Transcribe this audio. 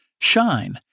Shine